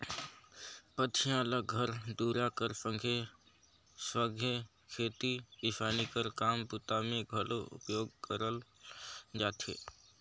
पथिया ल घर दूरा कर संघे सघे खेती किसानी कर काम बूता मे घलो उपयोग करल जाथे